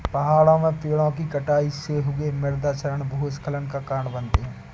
पहाड़ों में पेड़ों कि कटाई से हुए मृदा क्षरण भूस्खलन का कारण बनते हैं